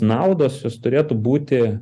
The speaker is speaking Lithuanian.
naudos jos turėtų būti